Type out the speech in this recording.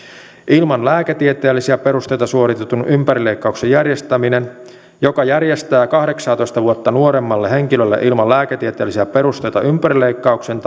ilman lääketieteellisiä perusteita suoritetun ympärileikkauksen järjestäminen joka järjestää kahdeksaatoista vuotta nuoremmalle henkilölle ilman lääketieteellisiä perusteita ympärileikkauksen